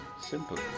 simple